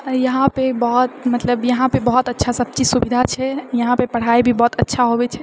इहाँपे बहुत मतलब इहाँपे बहोत अच्छा सभ चीज सुविधा छै इहाँपे पढ़ाइ भी बहुत अच्छा होबए छै